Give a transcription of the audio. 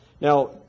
Now